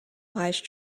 wise